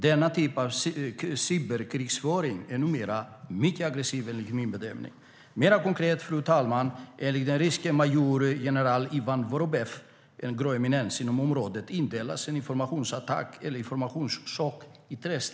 Denna typ av cyberkrigföring är numera mycket aggressiv, enligt min bedömning. Mer konkret, fru talman, indelas en informationsattack eller informationschock i tre steg, enligt den ryske majoren general Ivan Vorobev, en grå eminens inom området.